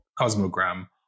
Cosmogram